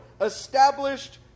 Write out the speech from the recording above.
established